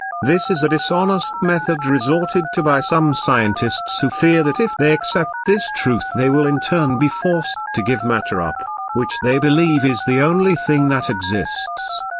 this is a dishonest method resorted to by some scientists who fear that if they accept this truth they will in turn be forced to give matter up, which they believe is the only thing that exists.